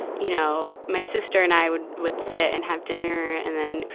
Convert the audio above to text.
you know, my sister and i would would sit and have dinner. and then,